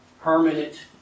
permanent